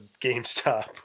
GameStop